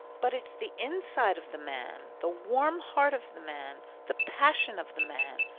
but it's the inside of the man, the warm heart of the man, the passion of the man,